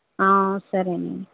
సరేనండి